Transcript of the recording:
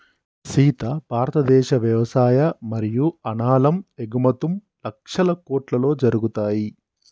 సీత భారతదేశ వ్యవసాయ మరియు అనాలం ఎగుమతుం లక్షల కోట్లలో జరుగుతాయి